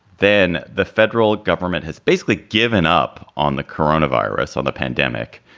then the federal government has basically given up on the coronavirus, on the pandemic,